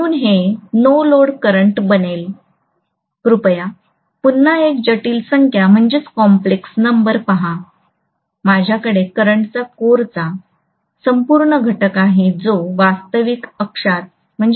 म्हणून हे no load current बनेल कृपया पुन्हा एक जटिल संख्या पहा माझ्याकडे करंटचा कोरचा संपुर्ण घटक आहे जो वास्तविक अक्षात आहे